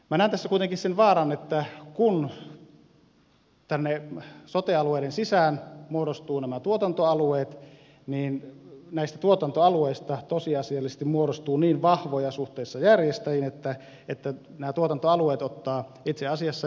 minä näen tässä kuitenkin sen vaaran että kun tänne sote alueiden sisään muodostuvat nämä tuotantoalueet niin näistä tuotantoalueista tosiasiallisesti muodostuu niin vahvoja suhteessa järjestäjiin että nämä tuotantoalueet ottavat itse asiassa järjestäjän roolia